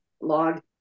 log